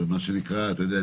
אתה יודע,